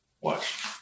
Watch